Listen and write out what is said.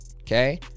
okay